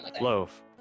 Loaf